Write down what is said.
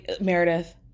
Meredith